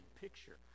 picture